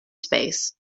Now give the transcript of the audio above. space